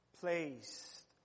placed